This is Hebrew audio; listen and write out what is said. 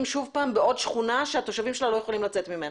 שוב בעוד שכונה שהתושבים שלה לא יכולים לצאת ממנה.